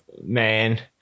man